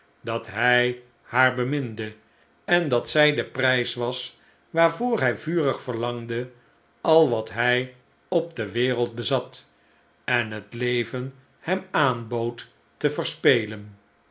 dat hij haar beminde en dat zij de prijs was waarvoor hij vurig verlangde al wat hij op de wereld bezat en het leven hem aanbood te verspelen